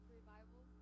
Revival